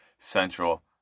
Central